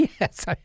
Yes